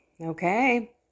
Okay